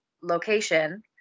location